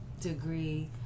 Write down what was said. degree